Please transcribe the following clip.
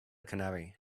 canary